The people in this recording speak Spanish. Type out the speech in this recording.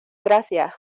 gracias